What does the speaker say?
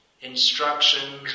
instructions